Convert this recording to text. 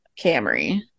Camry